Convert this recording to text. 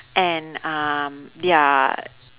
and um their